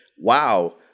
Wow